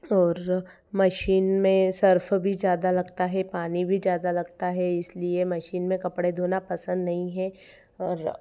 और मशीन में सर्फ भी ज़्यादा लगता है पानी भी ज़्यादा लगता है इसलिए मशीन में कपड़े धोना पसंद नहीं है और